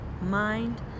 mind